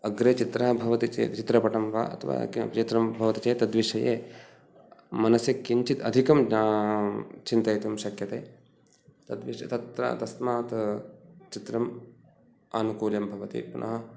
अग्रे चित्रा भवति चेत् चित्रपटं वा अथवा किमपि चित्रं भवति चेत् तद्विषये मनसि किञ्चित् अधिकं चिन्तयितुं शक्यते तद्विषये तत्र तस्मात् चित्रम् आनुकूल्यं भवति पुनः